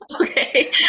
okay